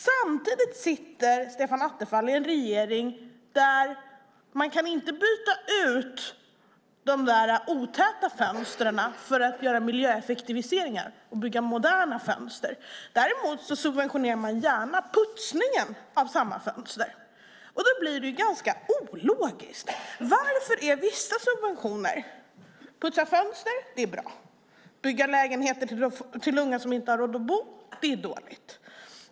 Stefan Attefall sitter i en regering där man inte kan byta ut de otäta fönstren mot moderna fönster för att göra miljöeffektiviseringar. Däremot subventionerar man gärna putsning av samma fönster. Det blir ganska ologiskt. Varför är vissa subventioner bra? Putsa fönster är bra. Bygga lägenheter till unga som inte har råd att bo är dåligt.